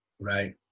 right